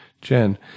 Jen